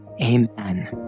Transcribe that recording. Amen